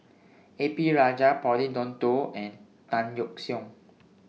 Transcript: A P Rajah Pauline Dawn Loh and Tan Yeok Seong